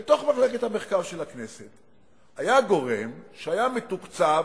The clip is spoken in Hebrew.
בתוך מחלקת המחקר של הכנסת, היה גורם שהיה מתוקצב,